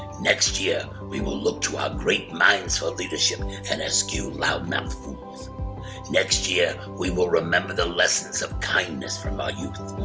next year, we will look to our great minds for leadership and eschew loudmouthed fools next year, we will remember the lessons of kindness from our youth.